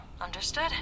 Understood